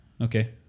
Okay